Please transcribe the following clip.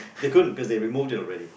they couldn't because they removed it already